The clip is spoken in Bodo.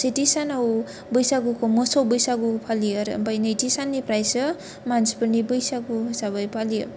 सेथि सानाव बैसागुखौ मोसौ बैसागु फालियो आरो आमफ्राय नैथि साननिफ्रायसो मानसिफोरनि बैसागु हिसाबै फालियो